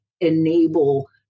enable